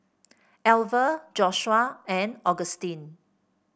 Alver Joshua and Augustine